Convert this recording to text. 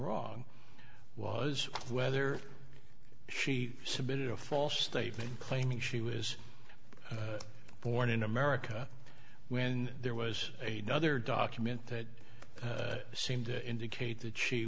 wrong was whether she submitted a false statement claiming she was born in america when there was a nother document that seemed to indicate that she